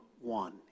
one